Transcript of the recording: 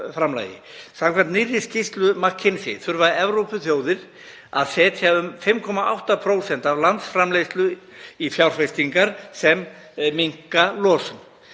Samkvæmt nýrri skýrslu McKinsey þurfa Evrópuþjóðir að setja um 5,8% af landsframleiðslu í fjárfestingar sem minnka losun,